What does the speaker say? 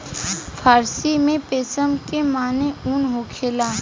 फ़ारसी में पश्म के माने ऊन होखेला